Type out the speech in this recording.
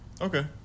Okay